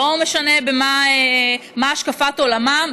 לא משנה מה השקפת עולמם,